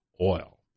oil